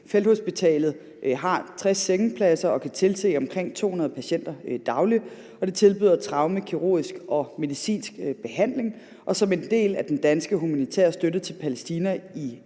Felthospitalet har 60 sengepladser og kan tilse omkring 200 patienter dagligt, og det tilbyder traumekirurgisk og medicinsk behandling. Og som en del af den danske humanitære støtte til Palæstina i